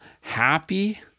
happy